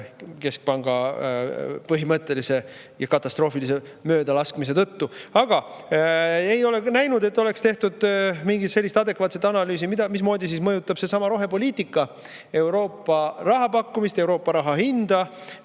keskpanga põhimõttelise ja katastroofilise möödalaskmise tõttu. Aga ei ole ka näinud, et oleks tehtud mingit adekvaatset analüüsi, mismoodi mõjutab seesama rohepoliitika Euroopa rahapakkumist, Euroopa raha hinda